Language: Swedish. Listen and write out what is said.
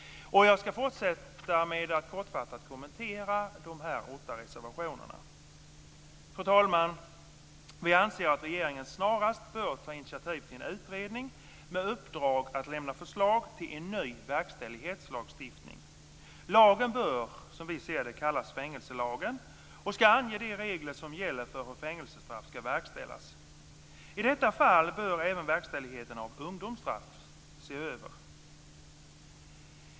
Jag ska fortsätta med att kortfattat kommentera reservationerna. Fru talman! Vi anser att regeringen snarast bör ta initiativ till en utredning med uppdrag att lämna förslag till en ny verkställighetslagstiftning. Lagen bör kallas fängelselagen och ska ange de regler som ska gälla för hur fängelsestraff ska verkställas. I detta fall bör även verkställigheten av ungdomsstraff ses över.